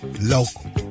local